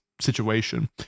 situation